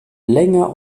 länger